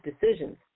decisions